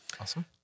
Awesome